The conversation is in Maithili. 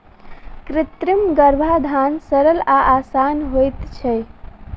कृत्रिम गर्भाधान सरल आ आसान होइत छै